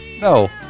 No